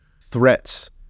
threats